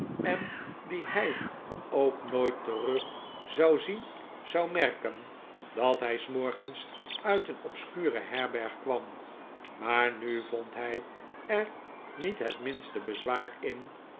en die hij ook nooit terug zou zien zou merken dat hij s morgens uit een obscure herberg kwam maar nu vond hij er niet het minste bezwaar in